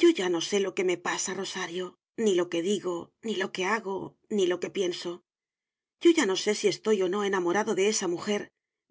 yo ya no sé lo que me pasa rosario ni lo que digo ni lo que hago ni lo que pienso yo ya no sé si estoy o no enamorado de esa mujer